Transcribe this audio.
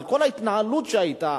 על כל ההתנהלות שהיתה,